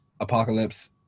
Apocalypse